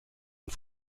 und